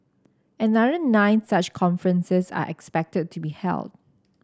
another nine such conferences are expected to be held